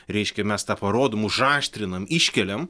reiškia mes tą parodom užaštrinam iškeliam